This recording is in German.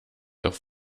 auf